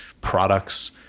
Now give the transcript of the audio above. products